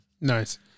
Nice